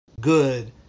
good